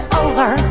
over